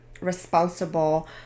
responsible